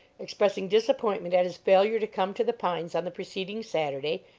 expressing disappointment at his failure to come to the pines on the preceding saturday,